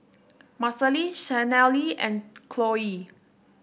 Marcelle Shanelle and Chloie